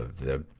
the